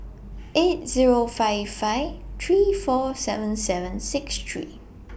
eight Zero five five three four seven seven six three